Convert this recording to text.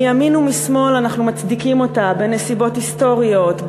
מימין ומשמאל אנחנו מצדיקים אותה בנסיבות היסטוריות,